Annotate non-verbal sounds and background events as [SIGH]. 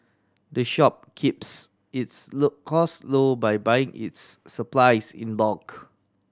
the shop keeps its [UNINTELLIGIBLE] costs low by buying its supplies in bulk